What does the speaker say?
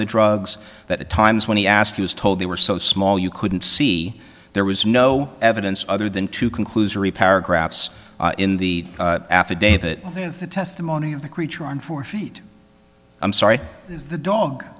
the drugs that at times when he asked he was told they were so small you couldn't see there was no evidence other than to conclusion repair graphs in the affidavit the testimony of the creature on four feet i'm sorry the dog